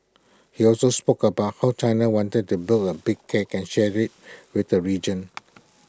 he also spoke about how China wanted to build A big cake and share IT with the region